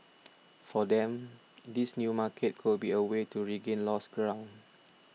for them this new market could be a way to regain lost ground